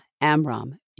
Amram